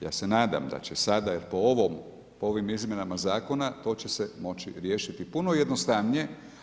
Ja se nadam da će sada, jer po ovom, po ovim izmjenama zakona to će se moći riješiti puno jednostavnije.